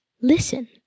Listen